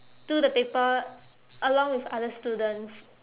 do the paper along with other students